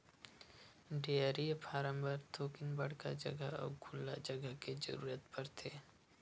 dairy farm बर थोकिन बड़का जघा अउ खुल्ला जघा के जरूरत परथे